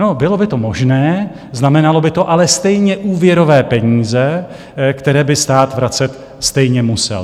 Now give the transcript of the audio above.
No, bylo by to možné, znamenalo by to ale stejně úvěrové peníze, které by stát vracet stejně musel.